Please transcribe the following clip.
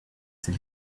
c’est